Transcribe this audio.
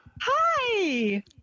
Hi